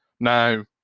Now